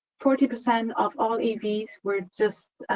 forty percent of all evs were just